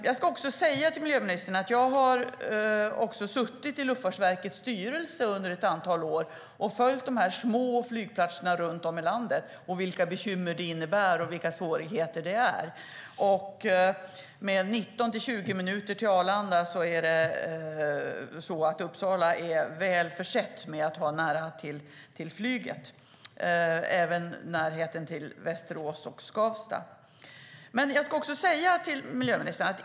Jag ska säga till miljöministern att jag suttit i Luftfartsverkets styrelse under ett antal år och följt de små flygplatserna runt om i landet och vilka bekymmer det finns och vilka svårigheter det är. Men 19-20 minuter till Arlanda är Uppsala välförsett med att ha nära till flyget. Det finns även närhet till Västerås och Skavsta.